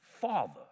Father